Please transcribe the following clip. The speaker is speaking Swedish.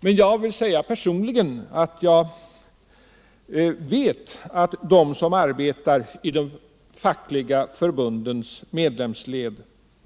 Jag vill personligen säga att jag vet att de som arbetar i de fackliga förbundens medlemsled